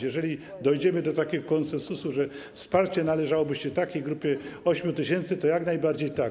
Jeżeli dojdziemy do takiego konsensusu, że wsparcie należałoby się takiej grupie 8 tys., to jak najbardziej tak.